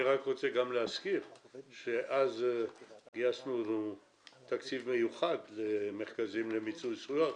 רוצה להזכיר שגייסנו תקציב מיוחד למרכזים למיצוי זכויות.